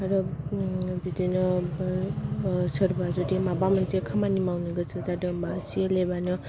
आरो बिदिनो सोरबा जुदि माबा मोनसे खामानि मावनो गोसो जादोंबा सि एल एप आनो बे मानसिनि थाखाय